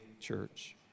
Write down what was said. church